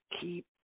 Keep